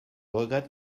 regrette